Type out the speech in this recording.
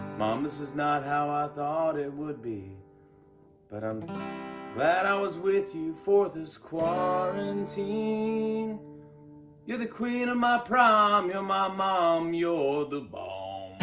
mom, this is not how i thought it would be but i'm glad i was with you for this quarantine you're the queen of my prom, you're my mom you're the bomb